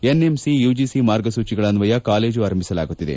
NMC UGC ಮಾರ್ಗಸೂಚಿಗಳ ಅನ್ವಯ college ಆರಂಭಿಸಲಾಗುತ್ತಿದೆ